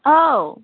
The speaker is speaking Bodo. औ